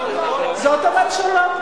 זאת הממשלה.